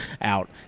out